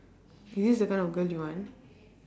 is this the kind of girl you want